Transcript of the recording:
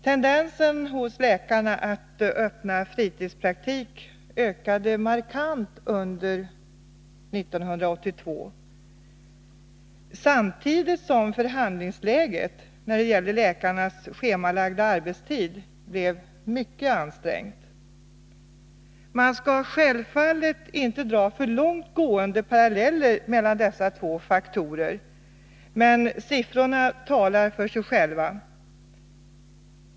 Tendensen hos läkarna att öppna fritidspraktik ökade markant under 1982 samtidigt som förhandlingsläget när det gällde läkarnas schemalagda arbetstid blev mycket ansträngd. Man skall självfallet inte dra för långt gående paralleller mellan dessa två faktorer, men siffrorna talar för sig själva.